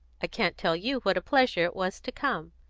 i can't tell you what a pleasure it was to come,